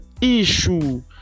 issue